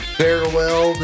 farewell